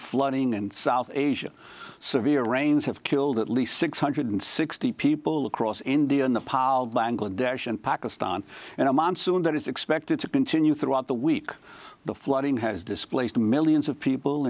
flooding in south asia severe rains have killed at least six hundred and sixty people across india in the palled language desh in pakistan and a monsoon that is expected to continue throughout the week the flooding has displaced the millions of people